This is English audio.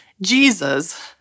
Jesus